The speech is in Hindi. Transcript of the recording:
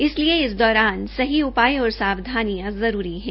इसलिए इस दौरान सही सही उपाय और सावधानियां जरूरी हैं